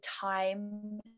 time